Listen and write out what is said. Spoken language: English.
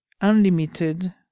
unlimited